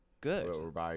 good